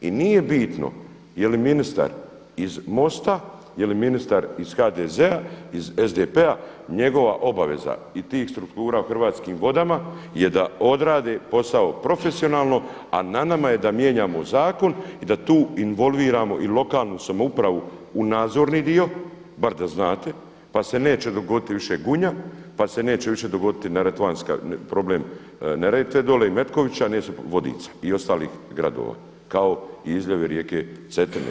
I nije bitno je li ministar iz MOST-a, je li ministar iz HDZ-a, iz SDP-a njegova obaveza i tih struktura u Hrvatskim vodama je da odrede posao profesionalno a na nama je da mijenjamo zakon i da tu involviramo i lokalnu samoupravu u nadzorni dio bar da znate pa se neće dogoditi više Gunja, pa se neće više dogoditi problem Neretve dolje i Metkovića, Vodica i ostalih gradova kao i izljevi rijeke Cetine.